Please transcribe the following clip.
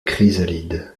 chrysalide